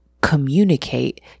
communicate